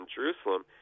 Jerusalem